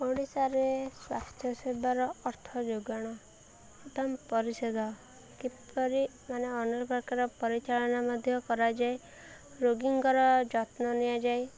ଓଡ଼ିଶାରେ ସ୍ୱାସ୍ଥ୍ୟ ସେବାର ଅର୍ଥ ଯୋଗାଣ ଏବଂ ପରିଷେଧ କିପରି ମାନେ ଅନେକ ପ୍ରକାର ପରିଚାଳନା ମଧ୍ୟ କରାଯାଏ ରୋଗୀଙ୍କର ଯତ୍ନ ନିଆଯାଏ